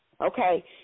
okay